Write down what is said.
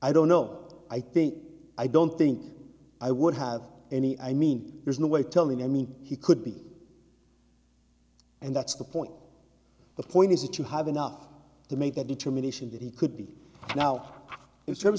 i don't know i think i don't think i would have any i mean there's no way tell me i mean he could be and that's the point the point is that you have enough to make a determination that he could be now is terms